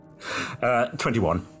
21